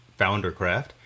Foundercraft